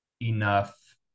enough